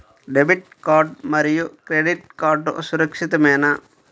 Debit card మరియు credit card సురక్షితమేనా?